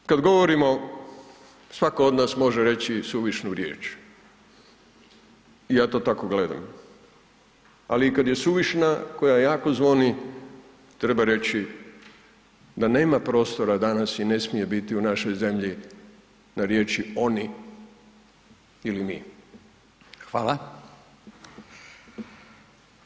Na kraju, kada govorimo svatko od nas može reći suvišnu riječ i ja to tako gledam, ali kada je suvišna koja jako zvoni treba reći da nema prostora danas i ne smije biti u našoj zemlji na riječi oni ili mi.